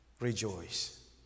Rejoice